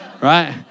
Right